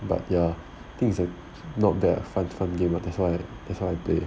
but ya think it's like not bad ah fun fun game lah that's why I play